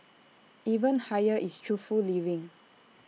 even higher is truthful living